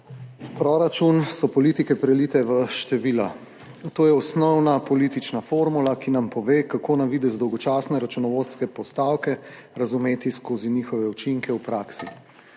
Proračun so politike, prelite v števila. To je osnovna politična formula, ki nam pove, kako na videz dolgočasne računovodske postavke razumeti skozi njihove učinke v praksi.